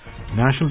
National